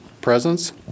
presence